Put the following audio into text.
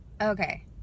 Okay